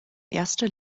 erster